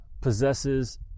possesses